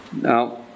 now